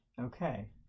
Okay